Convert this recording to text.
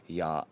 ja